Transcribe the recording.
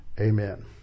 Amen